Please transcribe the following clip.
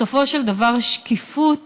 בסופו של דבר, שקיפות